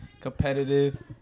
competitive